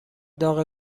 داغ